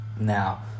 Now